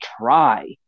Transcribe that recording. try